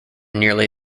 nearly